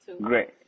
Great